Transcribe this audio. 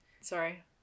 Sorry